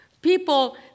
People